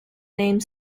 name